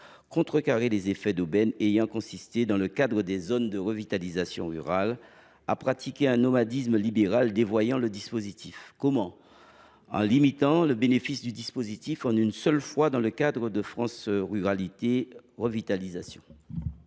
contrecarrer les effets d’aubaine ayant consisté, dans le cadre des zones de revitalisation rurale, à pratiquer un nomadisme libéral dévoyant le dispositif. Comment ? En limitant à une seule fois le bénéfice du dispositif prévu au titre du dispositif France Ruralités Revitalisation.